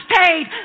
paid